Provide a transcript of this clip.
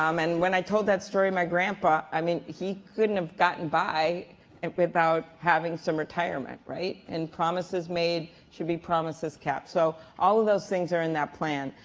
um and when i told that story my grandpa, i mean he couldn't have gotten by it without having some retirement, right? and promises made should be promises kept. so all of those things are in that plan,